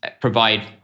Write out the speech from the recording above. provide